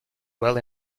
well